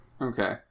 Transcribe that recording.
okay